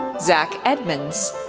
zach edmands,